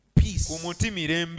peace